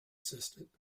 assistant